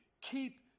keep